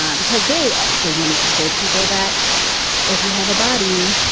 um because they also wanted to show people that if you have a body,